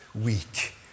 weak